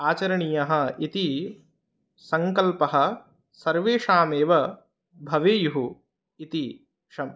आचरणीयः इति सङ्कल्पः सर्वेषामेव भवेयुः इति शम्